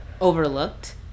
overlooked